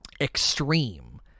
extreme